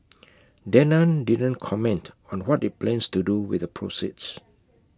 Danone didn't comment on what IT plans to do with the proceeds